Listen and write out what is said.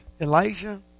Elijah